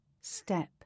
Step